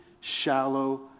shallow